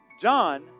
John